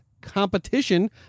Competition